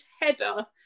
header